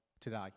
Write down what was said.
today